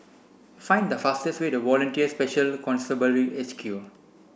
find the fastest way to Volunteer Special Constabulary H Q